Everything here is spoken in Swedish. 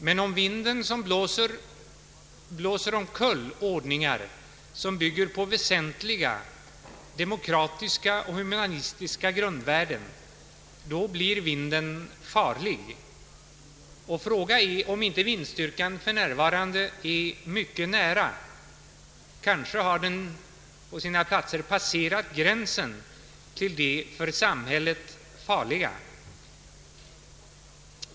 Men om vinden som blåser blåser omkull ordningar som bygger på väsentliga, demokratiska och humanistiska grundvärden, då blir vinden farlig. Fråga är om inte vindstyrkan för närvarande är mycket nära, kanske har den på sina håll passerat gränsen till det för samhället farliga.